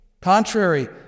Contrary